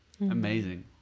Amazing